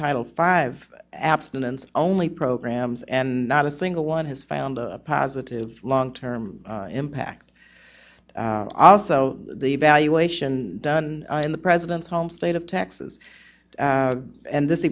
title five abstinence only programs and not a single one has found a positive long term packed also the evaluation done in the president's home state of texas and this